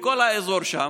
מכל האזור שם,